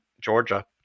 Georgia